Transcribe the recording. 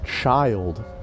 child